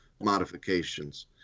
modifications